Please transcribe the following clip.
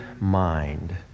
mind